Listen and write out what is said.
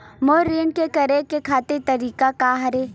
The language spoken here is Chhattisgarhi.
मोर ऋण के करे के आखिरी तारीक का हरे?